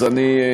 אז אני,